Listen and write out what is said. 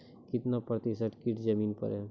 कितना प्रतिसत कीट जमीन पर हैं?